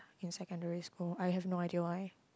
in secondary school I have no idea why